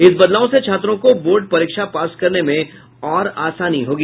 इस बदलाव से छात्रों को बोर्ड परीक्षा पास करने में और आसानी होगी